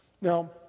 Now